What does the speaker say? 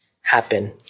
happen